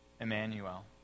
Emmanuel